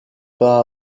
pas